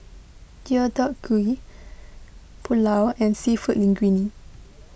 Deodeok Gui Pulao and Seafood Linguine